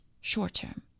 short-term